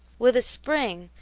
with a spring,